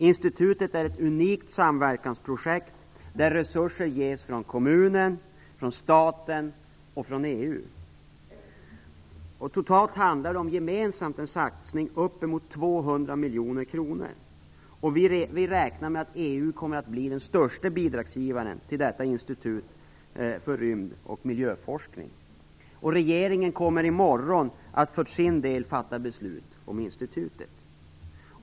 Institutet är ett unikt samverkansprojekt, till vilket resurser ges från kommunen, från staten och från EU. Totalt handlar det om en gemensam satsning på uppemot 200 miljoner kronor. Vi räknar med att EU kommer att bli den största bidragsgivaren till detta institut för rymd och miljöforskning. Regeringen kommer för sin del att i morgon fatta beslut om institutet.